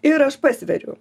ir aš pasveriu